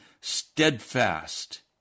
steadfast